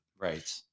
Right